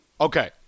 Okay